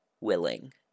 willing